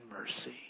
mercy